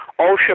OSHA